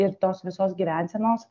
ir tos visos gyvensenos